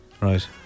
Right